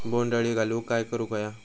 बोंड अळी घालवूक काय करू व्हया?